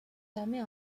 permet